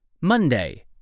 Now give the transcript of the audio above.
Monday